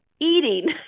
eating